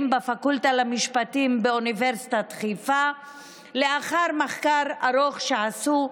בפקולטה למשפטים באוניברסיטת חיפה לאחר מחקר ארוך שעשו,